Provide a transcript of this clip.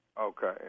Okay